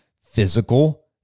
physical